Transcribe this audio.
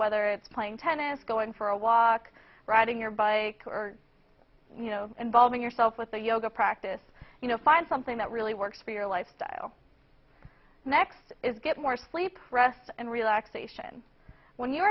whether it's playing tennis going for a walk riding your bike or involving yourself with a yoga practice you know find something that really works for your lifestyle next is get more sleep rest and relaxation when you